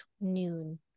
noon